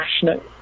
passionate